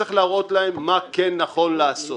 וצריך להראות להם מה כן נכון לעשות.